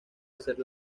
hacer